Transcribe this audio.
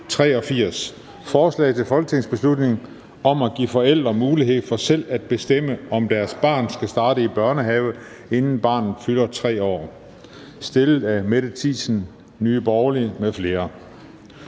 83: Forslag til folketingsbeslutning om at give forældre mulighed for selv at bestemme, om deres barn skal starte i børnehave, inden barnet fylder 3 år. Af Mette Thiesen (NB) m.fl.